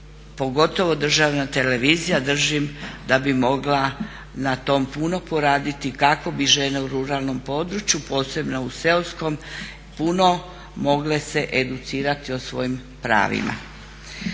pogotovo državna televizija, držim da bi mogla na tom puno poraditi kako bi žene u ruralnom području, posebno u seoskom puno mogle se educirati o svojim pravima.